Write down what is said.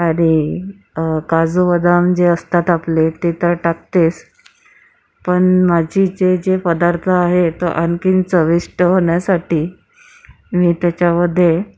आणि काजू बदाम जे असतात आपले ते तर टाकतेच पण माझी जे जे पदार्थ आहेत आणखीन चविष्ट होण्यासाठी मी त्याच्यामध्ये